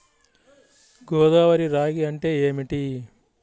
గోదావరి రాగి అంటే ఏమిటి?